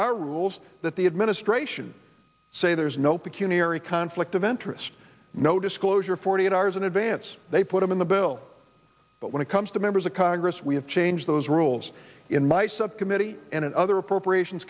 our rules that the administration say there's no peculiar a conflict of interest no disclosure forty eight hours in advance they put them in the bill but when it comes to members of congress we have changed those rules in my subcommittee and in other appropriations